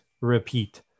repeat